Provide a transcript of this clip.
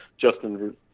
Justin